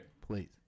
please